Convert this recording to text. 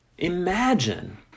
Imagine